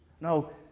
No